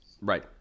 right